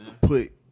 put